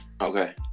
Okay